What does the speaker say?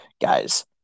guys